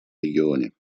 регионе